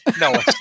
No